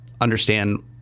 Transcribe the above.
understand